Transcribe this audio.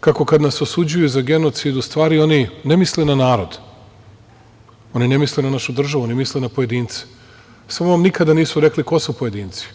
kako kada nas osuđuju za genocid, u stvari oni ne misle na narod, oni ne misle na našu državu, oni misle na pojedince, samo nikada nisu rekli ko su pojedinci.